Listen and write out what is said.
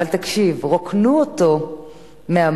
אבל תקשיב: רוקנו אותו מהמים.